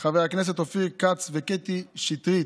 חברי הכנסת אופיר כץ וקטי שטרית.